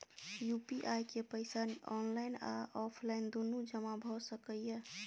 UPI के पैसा online आ ऑफलाइन दुनू जमा भ सकै इ?